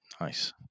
Nice